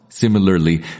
Similarly